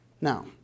Now